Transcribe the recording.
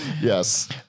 yes